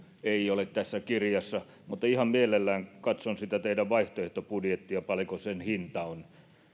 ei ole tässä kirjassa mutta ihan mielelläni katson sitä teidän vaihtoehtobudjettianne paljonko sen hinta on